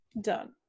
done